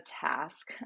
task